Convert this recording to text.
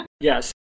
Yes